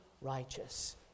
righteous